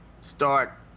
start